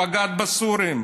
בגד בסורים,